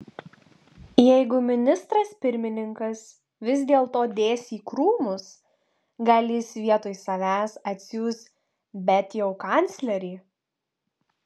jeigu ministras pirmininkas vis dėlto dės į krūmus gal jis vietoj savęs atsiųs bet jau kanclerį